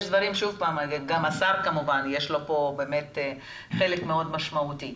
גם השר כמובן, יש לו פה באמת חלק מאוד משמעותי.